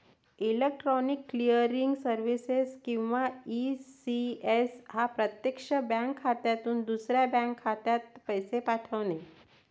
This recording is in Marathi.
इलेक्ट्रॉनिक क्लिअरिंग सर्व्हिसेस किंवा ई.सी.एस हा प्रत्यक्षात बँक खात्यातून दुसऱ्या बँक खात्यात पैसे पाठवणे